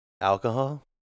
Alcohol